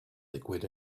liquid